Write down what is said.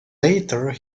later